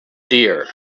deer